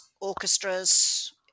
orchestras